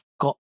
got